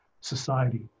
society